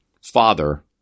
father